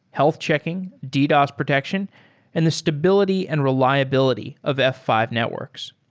health checking, ddos protection and the stability and reliability of f five networks.